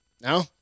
No